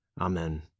Amen